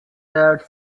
that